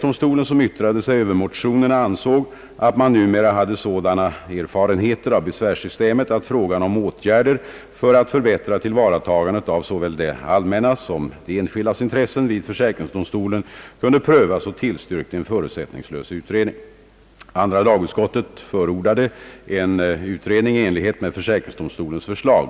sig över motionerna, ansåg att man numera hade sådana erfarenheter av besvärssystemet, att frågan om åtgärder för att förbättra tillvaratagandet av såväl det allmännas som de enskildas intresse vid försäkringsdomstolen kunde prövas och tillstyrkte en förutsättningslös utredning. Andra lagutskottet förordade en utredning i enlighet med försäkringsdomstolens förslag.